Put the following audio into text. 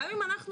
גם אם נתקן